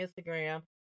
instagram